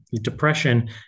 depression